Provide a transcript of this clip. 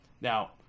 Now